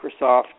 Microsoft